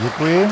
Děkuji.